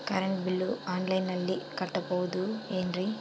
Current bill ಆನ್ಲೈನಿನಲ್ಲಿ ಕಟ್ಟಬಹುದು ಏನ್ರಿ?